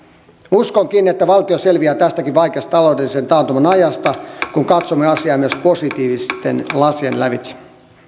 uskonkin että valtio selviää tästäkin vaikeasta taloudellisen taantuman ajasta kun katsomme asiaa myös positiivisten lasien lävitse